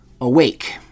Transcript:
Awake